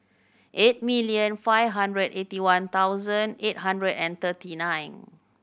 eight million five hundred eighty one thousand eight hundred and thirty nine